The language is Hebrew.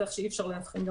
כך שגם כאן אי אפשר להבחין.